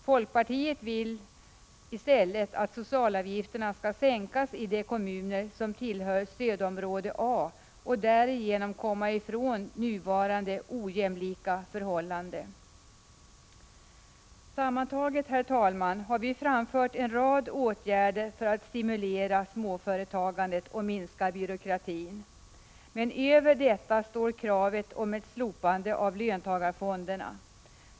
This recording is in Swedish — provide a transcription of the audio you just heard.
Folkpartiet vill i stället att socialavgifterna skall sänkas i de kommuner som tillhör stödområde A för att därigenom komma ifrån nuvarande ojämlika förhållande. Sammantaget, herr talman, har vi framfört förslag om en rad åtgärder för att stimulera småföretagandet och minska byråkratin. Men över detta står kravet om ett slopande av löntagarfonderna.